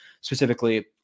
specifically